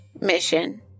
mission